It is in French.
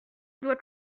doit